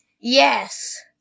Yes